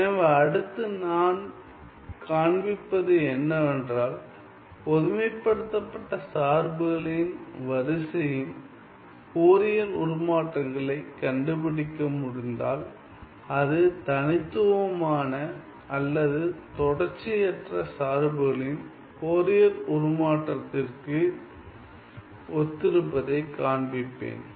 எனவே அடுத்து நான் காண்பிப்பது என்னவென்றால் பொதுமைப் படுத்தப்பட்ட சார்புகளின் வரிசையின் ஃபோரியர் உருமாற்றங்களை கண்டுபிடிக்க முடிந்தால் அது தனித்துவமான அல்லது தொடர்ச்சியற்ற சார்புகளின் ஃபோரியர் உருமாற்றத்திற்கு ஒத்திருப்பதைக் காண்பிப்பேன்